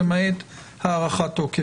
למעט הארכת תוקף.